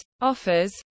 offers